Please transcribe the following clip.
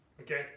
Okay